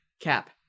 Cap